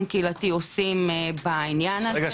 קהילתי עושים בעניין הזה --- רגע,